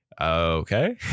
okay